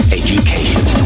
education